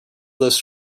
this